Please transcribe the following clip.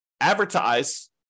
advertise